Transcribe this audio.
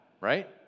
right